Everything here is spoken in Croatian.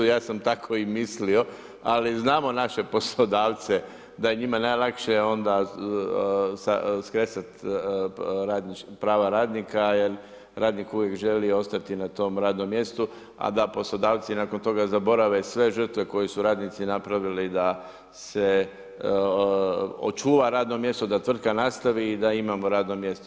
Ja sam tako i mislio, ali znamo naše poslodavce, da je njima najlakše onda skresati prava radnika jer radnik uvijek želi ostati na tom radnom mjestu, a da poslodavci nakon toga zaborave sve žrtve koje su radnici napravili i da se očuva radno mjesto, da tvrtka nastavi i da imamo radno mjesto.